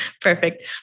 Perfect